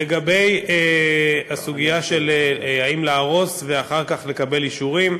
לגבי הסוגיה האם להרוס ואחר כך לקבל אישורים,